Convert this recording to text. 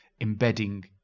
embedding